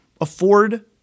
afford